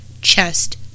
chest